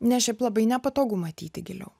nes šiaip labai nepatogu matyti giliau